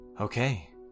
okay